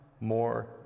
more